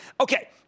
Okay